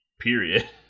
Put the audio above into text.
Period